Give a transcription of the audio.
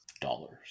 Dollars